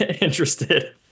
interested